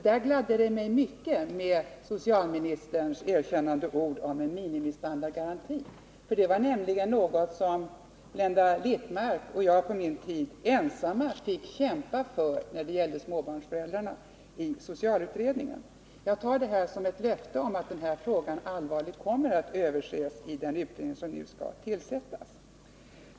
Där gladde mig mycket socialministerns erkännande ord om en minimistandardgaranti för småbarnsfamiljer. Det var nämligen något som Blenda Littmarck och jag på vår tid i socialutredningen ensamma fick kämpa för. Jag tar socialministerns uttalande som ett löfte om att denna fråga allvarligt kommer att ses över i den utredning som nu skall tillsättas.